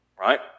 Right